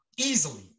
Easily